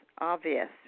obvious